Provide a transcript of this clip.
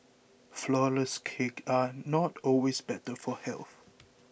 Flourless Cakes are not always better for health